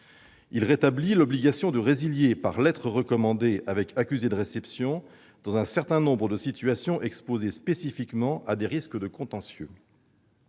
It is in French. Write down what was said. Il rétablit l'obligation de résiliation par lettre recommandée, avec accusé de réception, dans un certain nombre de situations exposées spécifiquement à des risques de contentieux.